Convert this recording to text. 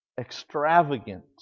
extravagant